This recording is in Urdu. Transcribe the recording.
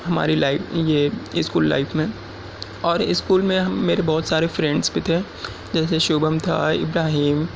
ہماری لائف یہ اسکول لائف میں اور اسکول میں ہم میرے بہت سارے فرینڈس بھی تھے جیسے شبھم تھا ابراہیم